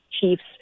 chiefs